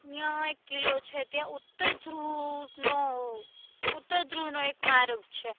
ત્યાં એક કિલ્લો છે ત્યાં ઉત્તર ધ્રુવનો ઉત્તર ધ્રુવનો એક માર્ગ છે